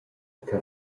che